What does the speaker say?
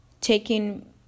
taking